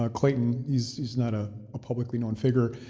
ah clayton, he's he's not a publicly known figure,